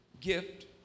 gift